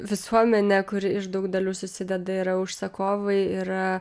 visuomenė kuri iš daug dalių susideda yra užsakovai yra